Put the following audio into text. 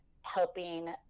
helping